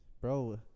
Bro